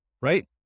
Right